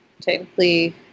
Technically